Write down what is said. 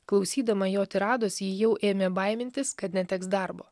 klausydama jo tirados ji jau ėmė baimintis kad neteks darbo